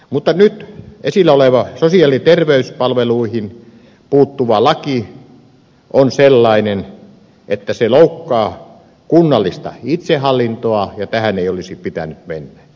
mutta nyt esillä oleva sosiaali ja terveyspalveluihin puuttuva laki on sellainen että se loukkaa kunnallista itsehallintoa ja tähän ei olisi pitänyt mennä